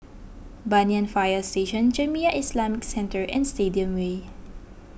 Banyan Fire Station Jamiyah Islamic Centre and Stadium Way